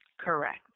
Correct